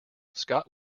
scott